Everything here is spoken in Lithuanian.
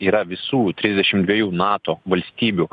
yra visų trisdešim dviejų nato valstybių